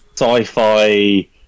sci-fi